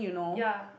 ya